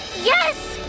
Yes